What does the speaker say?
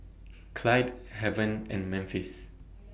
Clyde Haven and Memphis